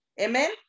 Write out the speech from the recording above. amen